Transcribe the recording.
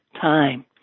time